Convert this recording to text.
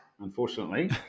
unfortunately